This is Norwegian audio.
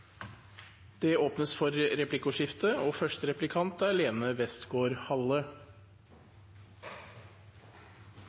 Det åpnes for replikkordskifte. Det er